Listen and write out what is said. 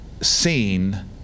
seen